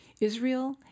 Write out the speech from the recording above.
Israel